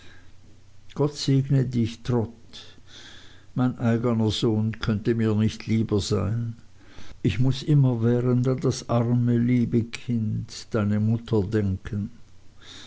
gott segne dich trot mein eigner sohn könnte mir nicht lieber sein ich muß immerwährend an das arme liebe kind deine mutter denken